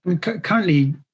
Currently